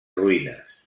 ruïnes